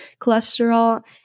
cholesterol